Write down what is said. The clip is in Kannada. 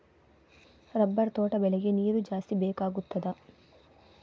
ರಬ್ಬರ್ ತೋಟ ಬೆಳೆಗೆ ನೀರು ಜಾಸ್ತಿ ಬೇಕಾಗುತ್ತದಾ?